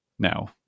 Now